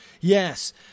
Yes